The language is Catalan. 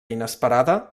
inesperada